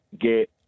get